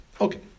Okay